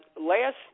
Last